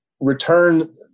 Return